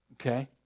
Okay